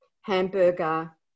hamburger